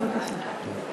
בבקשה.